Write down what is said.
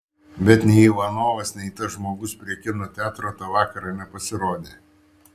bet nei ivanovas nei tas žmogus prie kino teatro tą vakarą nepasirodė